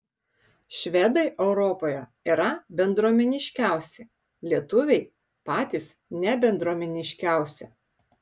švedai europoje yra bendruomeniškiausi lietuviai patys nebendruomeniškiausi